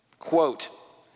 Quote